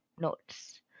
notes